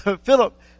Philip